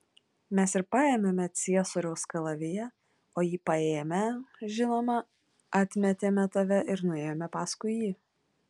mes ir paėmėme ciesoriaus kalaviją o jį paėmę žinoma atmetėme tave ir nuėjome paskui jį